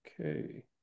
Okay